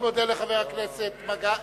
אני מאוד מודה לחבר הכנסת מגלי והבה.